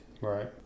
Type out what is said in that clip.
Right